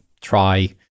try